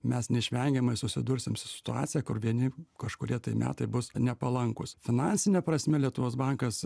mes neišvengiamai susidursim su situacija kur vieni kažkurie metai bus nepalankūs finansine prasme lietuvos bankas